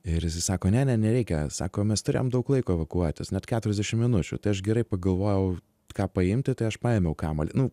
ir jisai sako ne ne nereikia sako mes turėjom daug laiko evakuotis net keturiasdešim minučių tai aš gerai pagalvojau ką paimti tai aš paėmiau kamuolį nu